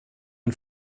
ein